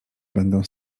będę